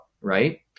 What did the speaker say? right